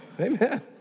Amen